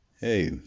Hey